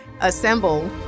Assemble